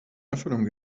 erfüllung